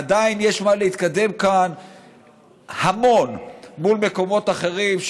עדיין יש המון מה להתקדם כאן מול מקומות אחרים,